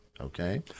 Okay